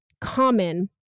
common